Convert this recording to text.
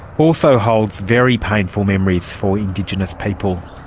also holds very painful memories for indigenous people.